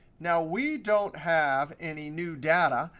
now, we don't have any new data.